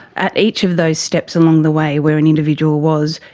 at each of those steps along the way where an individual was,